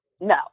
No